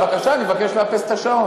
בבקשה, אני מבקש לאפס את השעון.